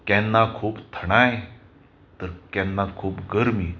केन्ना खूब थंडाय तर केन्ना खूब गरमी